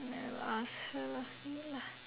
I'll ask her wait lah